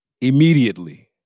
immediately